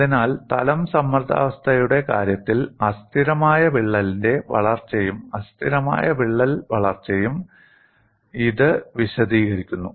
അതിനാൽ തലം സമ്മർദ്ദാവസ്ഥയുടെ കാര്യത്തിൽ അസ്ഥിരമായ വിള്ളലിന്റെ വളർച്ചയും അസ്ഥിരമായ വിള്ളൽ വളർച്ചയും ഇത് വിശദീകരിക്കുന്നു